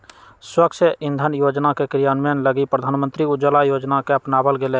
स्वच्छ इंधन योजना के क्रियान्वयन लगी प्रधानमंत्री उज्ज्वला योजना के अपनावल गैलय